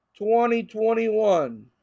2021